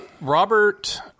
Robert